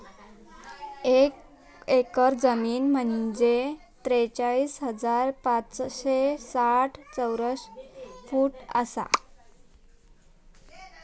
एक एकर जमीन म्हंजे त्रेचाळीस हजार पाचशे साठ चौरस फूट आसा